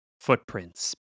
footprints